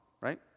right